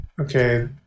okay